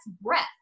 breath